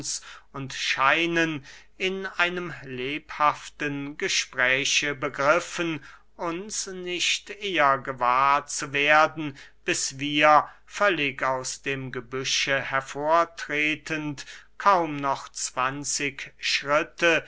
und scheinen in einem lebhaften gespräche begriffen uns nicht eher gewahr zu werden bis wir völlig aus dem gebüsche hervortretend kaum noch zwanzig schritte